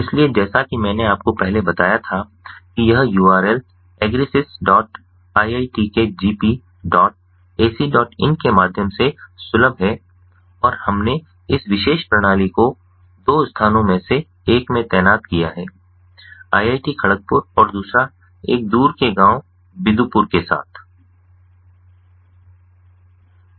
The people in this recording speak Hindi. इसलिए जैसा कि मैंने आपको पहले बताया था कि यह URL agrisysiitkgpacin के माध्यम से सुलभ है और हमने इस विशेष प्रणाली को दो स्थानों में से एक में तैनात किया है संदर्भ समय 1531 IIT खड़गपुर और दूसरा एक दूर के गांव बिदुपुर के पास